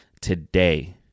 Today